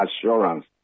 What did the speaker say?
assurance